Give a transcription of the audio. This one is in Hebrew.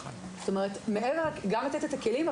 גם לתת את הכלים,